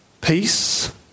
peace